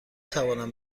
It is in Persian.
توانم